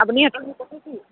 আপুনি সিহঁতক নিবনে কি